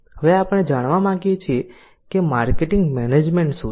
હવે આપણે જાણવા માંગીએ છીએ કે માર્કેટિંગ મેનેજમેન્ટ શું છે